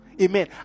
Amen